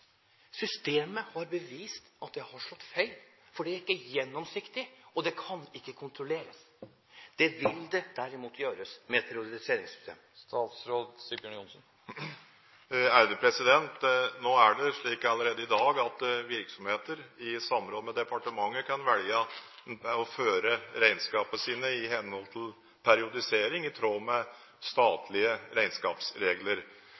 Systemet har bevist at det har slått feil, fordi det ikke er gjennomsiktig og kan ikke kontrolleres. Det vil det derimot gjøre med et periodiseringssystem. Nå er det allerede i dag slik at virksomheter – i samråd med departementet – kan velge å føre regnskapene sine i henhold til periodisering, i tråd med